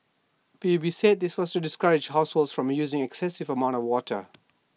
P U B said this was discourage households from using excessive amounts of water